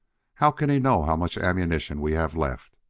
how can he know how much ammunition we have left?